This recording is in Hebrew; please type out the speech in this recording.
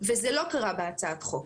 וזה לא קרה בהצעת החוק.